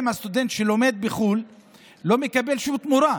הסטודנט שלומד בחו"ל הוא לא מקבל שום תמורה.